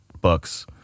Bucks